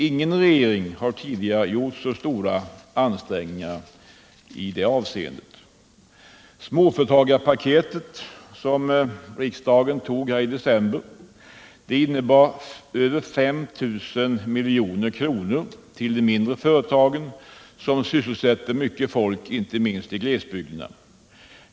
Ingen regering har tidigare gjort så stora ansträngningar i det avseendet. Småföretagarpaketet, som riksdagen fattade beslut om i december förra året, innebar över 5 000 milj.kr. till de mindre företagen, som sysselsätter många människor inte minst i glesbygderna.